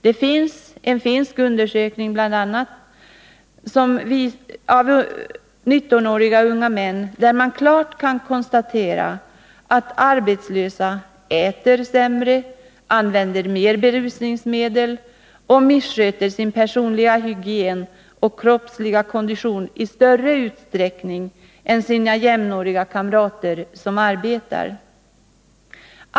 Det finns bl.a. en finsk undersökning av 19-åriga män, av vilken klart framgår att arbetslösa äter sämre, använder berusningsmedel och missköter sin personliga hygien och kroppsliga kondition i större utsträckning än sina jämnåriga kamrater som arbetar.